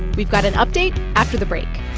we've got an update after the break